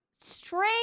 strange